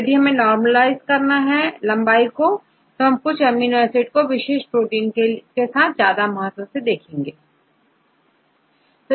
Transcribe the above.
तो यदि आप लंबाई को नॉर्मलईज करते हैंतो हमें कुछ अमीनो एसिड का विशेष प्रोटीन के साथ महत्त्व देखना होगा